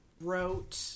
wrote